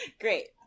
Great